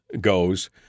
goes –